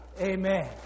Amen